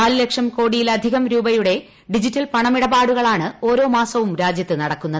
നാല് ലക്ഷം കോടിയിലധികം രൂപയുടെ ഡിജിറ്റൽ പണമിടപാടുകളാണ് ഓരോ മാസവും രാജ്യത്ത് നടക്കുന്നത്